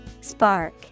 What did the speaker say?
Spark